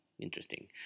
interesting